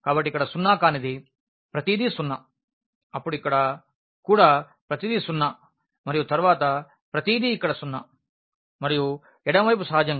కాబట్టి ఇక్కడ సున్నా కానిది ప్రతిదీ సున్నా అప్పుడు ఇక్కడ కూడా ప్రతిదీ సున్నా మరియు సహజంగా ఎడమ వైపు ప్రతిదీ సున్నా గా వుంది